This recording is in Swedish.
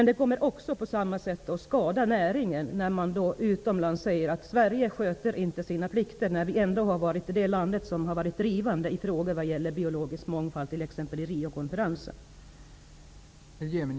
Det kommer också att skada näringen, att man utomlands säger att Sverige inte sköter sina plikter, i synnerhet som Sverige har varit det land som har varit drivande när det gäller frågor om biologisk mångfald, t.ex. vid Riokonferensen.